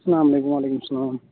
اسلام علیکُم وعلیکُم سَلام